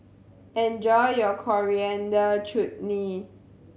enjoy your Coriander Chutney